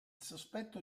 sospetto